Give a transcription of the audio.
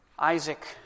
Isaac